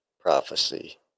prophecy